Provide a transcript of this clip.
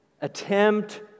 attempt